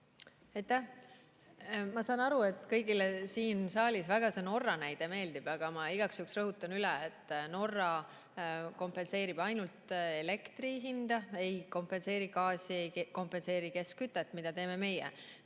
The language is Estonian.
Ma saan aru, et kõigile siin saalis see Norra näide väga meeldib, aga ma igaks juhuks rõhutan üle, et Norra kompenseerib ainult elektrit, ta ei kompenseeri gaasi, ei kompenseeri keskkütet, nagu teeme meie.